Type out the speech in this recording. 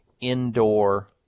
indoor